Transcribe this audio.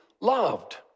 loved